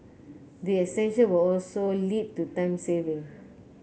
the extension will also lead to time saving